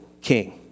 king